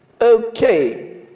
Okay